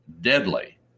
deadly